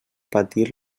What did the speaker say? patir